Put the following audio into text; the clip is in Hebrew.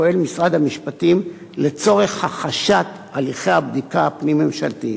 פועל משרד המשפטים לצורך החשת הליכי הבדיקה הפנים-ממשלתיים.